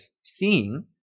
seeing